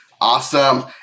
Awesome